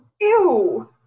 Ew